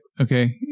Okay